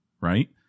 right